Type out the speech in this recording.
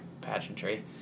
Pageantry